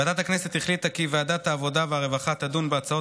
ועדת הכנסת החליטה כי ועדת העבודה והרווחה תדון בהצעות